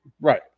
Right